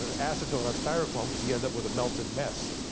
ah acetone on styrofoam cause you end up with a melted mess.